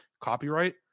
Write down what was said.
copyright